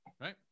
Right